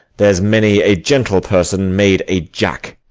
there's many a gentle person made a jack.